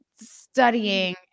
studying